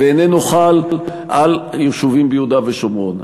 ואיננו חל על יישובים ביהודה ושומרון.